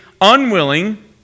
unwilling